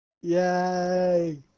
Yay